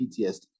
PTSD